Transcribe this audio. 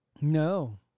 No